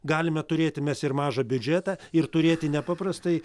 galime turėti mes ir mažą biudžetą ir turėti nepaprastai